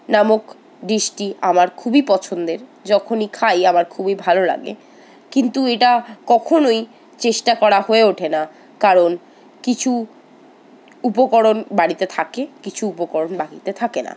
নামক ডিসটি আমার খুবই পছন্দের যখনই খাই আমার খুবই ভালো লাগে কিন্তু এটা কখনোই চেষ্টা করা হয়ে ওঠে না কারণ কিছু উপকরণ বাড়িতে থাকে কিছু উপকরণ বাড়িতে থাকে না